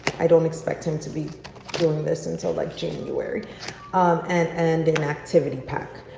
i don't expect him to be doing this until like january and an activity packet,